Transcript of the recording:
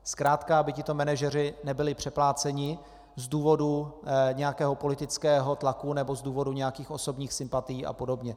Zkrátka aby tito manažeři nebyli přepláceni z důvodu nějakého politického tlaku nebo z důvodu nějakých osobních sympatií a podobně.